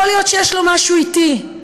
יכול להיות שיש לו משהו אתי,